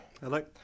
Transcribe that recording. Hello